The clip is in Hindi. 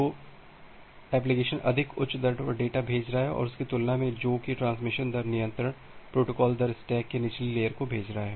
तो एप्लीकेशन अधिक उच्च दर पर डेटा भेज रहा है उसकी तुलना में जो की ट्रांसमिशन दर नियंत्रण प्रोटोकॉल दर स्टैक की निचली लेयर को भेज रहा है